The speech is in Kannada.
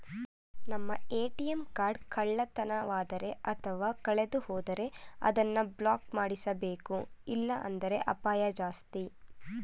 ನಮ್ಮ ಎ.ಟಿ.ಎಂ ಕಾರ್ಡ್ ಕಳ್ಳತನವಾದರೆ ಅಥವಾ ಕಳೆದುಹೋದರೆ ಅದನ್ನು ಬ್ಲಾಕ್ ಮಾಡಿಸಬೇಕು ಇಲ್ಲಾಂದ್ರೆ ಅಪಾಯ ಜಾಸ್ತಿ